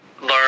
learn